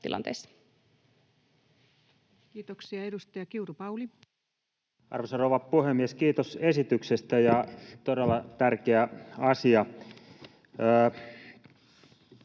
tilanteissa. Kiitoksia. — Edustaja Kiuru, Pauli. Arvoisa rouva puhemies! Kiitos esityksestä, todella tärkeä asia.